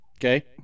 Okay